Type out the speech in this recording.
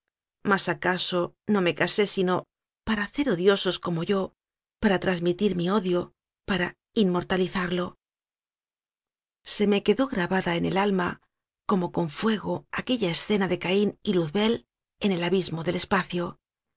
mas acaso no me casé sino para hacer odiosos como yo para trasmitir mi odio para inmortalizarlo se me quedó grabada en el alma como con fuego aquella escena de caín y luzbel en el abismo del espacio